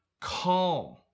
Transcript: calm